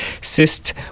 cyst